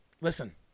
Listen